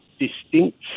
distinct